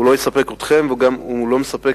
והוא לא יספק אתכם והוא גם לא מספק